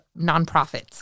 nonprofits